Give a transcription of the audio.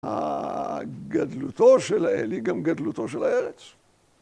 .. גדלותו של האל היא גם גדלותו של הארץ.